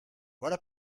voilà